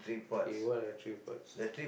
okay what are the three parts